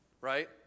right